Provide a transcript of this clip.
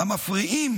המפריעים